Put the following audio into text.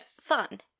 fun